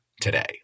today